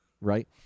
Right